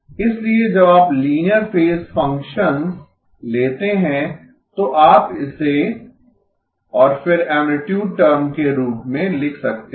इसलिए जब आप लीनियर फेज फ़ंक्शंस लेते हैं तो आप इसे और फिर ऐमप्लितुड टर्म के रूप में लिख सकते हैं